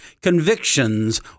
convictions